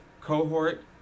cohort